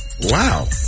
Wow